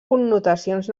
connotacions